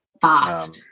Fast